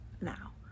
now